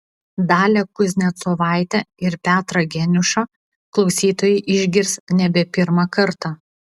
dalią kuznecovaitę ir petrą geniušą klausytojai išgirs nebe pirmą kartą